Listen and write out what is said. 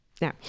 Now